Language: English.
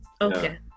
Okay